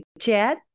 Chad